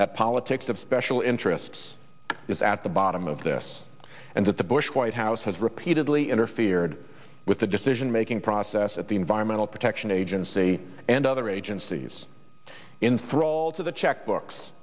that politics of special interests is at the bottom of this and that the bush white house has repeatedly interfered with the decision making process at the environmental protection agency and other agencies in thrall to the checkbooks